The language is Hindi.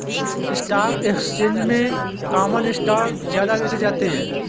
स्टॉक एक्सचेंज में कॉमन स्टॉक ज्यादा बेचे जाते है